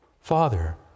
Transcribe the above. Father